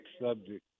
subject